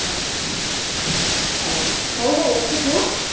ହଉ ହଉ ହଉ ଭାଇ ରଖୁଛି ଆଁ